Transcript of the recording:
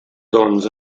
doncs